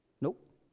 Nope